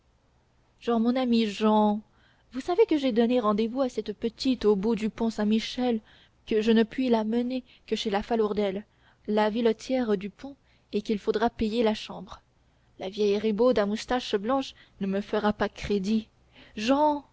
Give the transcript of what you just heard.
jehan mon ami jehan vous savez que j'ai donné rendez-vous à cette petite au bout du pont saint-michel que je ne puis la mener que chez la falourdel la vilotière du pont et qu'il faudra payer la chambre la vieille ribaude à moustaches blanches ne me fera pas crédit jehan